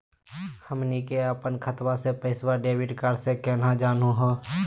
हमनी के अपन खतवा के पैसवा डेबिट कार्ड से केना जानहु हो?